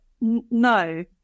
No